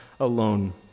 alone